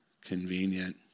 convenient